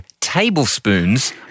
tablespoons